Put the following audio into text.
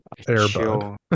Airbud